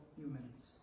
humans